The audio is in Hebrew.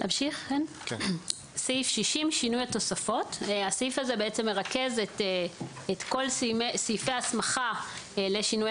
סעיף 60 בעצם מרכז את כל סעיפי ההסמכה לשינויי